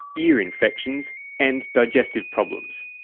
ear infections and digestive problems.